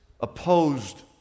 opposed